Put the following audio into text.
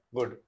Good